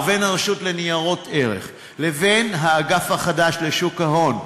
בין הרשות לניירות ערך לבין האגף החדש לשוק ההון,